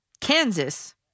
Kansas